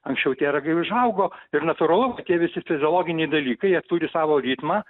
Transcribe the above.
anksčiau tie ragai užaugo ir natūralu kad tie visi fiziologiniai dalykai jie turi savo ritmą